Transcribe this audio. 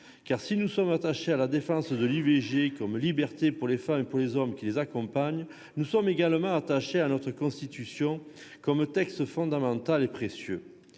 ... Si nous sommes attachés à la défense de l'IVG comme liberté pour les femmes et pour les hommes qui les accompagnent, nous sommes également attachés à notre Constitution comme texte fondamental et précieux.